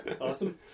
Awesome